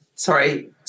Sorry